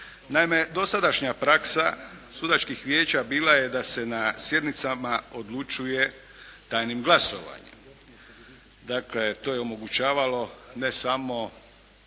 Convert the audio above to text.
Naime, dosadašnja praksa sudačkih vijeća bila je da se na sjednicama odlučuje tajnim glasovanjem. Dakle to je omogućavalo ne samo